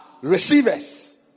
receivers